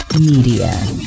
Media